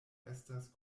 estas